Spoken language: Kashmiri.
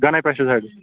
گنے پیسٹہِ سایڈٔس